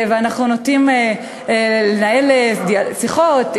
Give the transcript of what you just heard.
ואנחנו נוטים לנהל שיחות,